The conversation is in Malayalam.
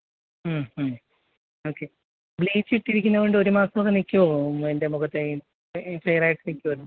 ഓക്കെ ബ്ലീച്ച് ഇട്ടിരിക്കുന്നതുകൊണ്ടൊരു മാസം ഒക്കെ നിൽക്കുമോ എന്റെ മുഖത്തെ ഈ ഫെയര് ആയിട്ട് നിൽക്കുമല്ലോ